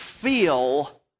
feel